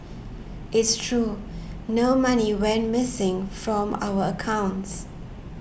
it's true no money went missing from our accounts